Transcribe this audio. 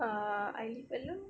uh I live alone